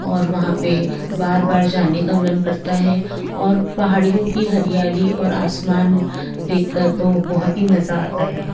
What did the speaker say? और वहाँ पर बार बार जाने का मन करता है और पहाड़ियों की हरियाली और आसमान देख कर तो बहुत ही मज़ा आता है